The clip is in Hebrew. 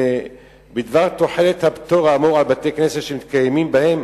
בדבר תחולת הפטור האמור על בתי-כנסת שמתקיימים בהם